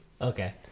Okay